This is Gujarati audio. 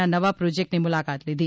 ના નવા પ્રોજેક્ટની મુલાકાત લીધી